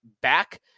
back